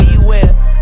Beware